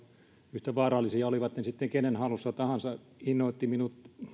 yhtä vaarallisia olivat ne sitten kenen tahansa hallussa innoitti minut